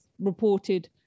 reported